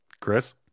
Chris